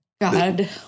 God